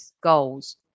goals